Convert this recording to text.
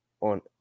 on